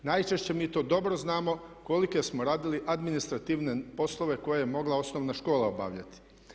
Najčešće mi to dobro znamo kolike smo radili administrativne poslove koje je mogla osnovna škola obavljati.